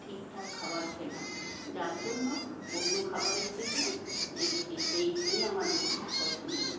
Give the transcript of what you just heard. ঠিকঠাক খাবার খেলাম যার জন্য অন্য খাবারের থেকে এইগুলোই আমার বেশি পছন্দ